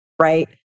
right